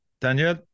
Daniel